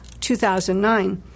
2009